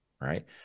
right